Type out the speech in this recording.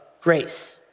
grace